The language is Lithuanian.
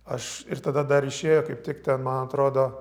aš ir tada dar išėjo kaip tik ten man atrodo